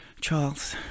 Charles